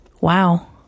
Wow